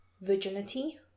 virginity